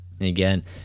again